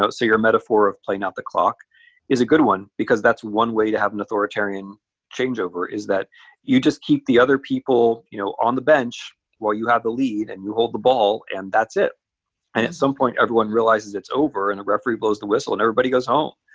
so your metaphor of playing out the clock is a good one because that's one way to have an authoritarian changeover, is that you just keep the other people you know on the bench while you have the lead and you hold the ball and that's it. and at some point, everyone realizes it's over and a referee blows the whistle and everybody goes home.